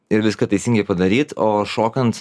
ir viską teisingai padaryt o šokant